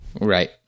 right